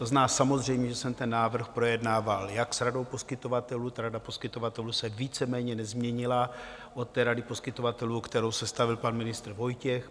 To znamená, samozřejmě že jsem ten návrh projednával jednak s radou poskytovatelů, ta rada poskytovatelů se víceméně nezměnila od té rady poskytovatelů, kterou sestavil pan ministr Vojtěch.